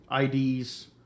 IDs